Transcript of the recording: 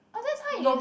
oh so that's how you